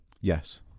Yes